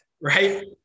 right